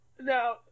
now